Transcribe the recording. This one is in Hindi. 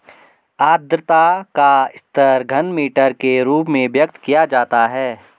आद्रता का स्तर घनमीटर के रूप में व्यक्त किया जाता है